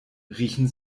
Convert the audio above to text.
riechen